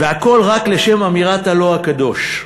והכול רק לשם אמירת ה"לא" הקדוש.